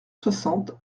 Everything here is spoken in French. soixante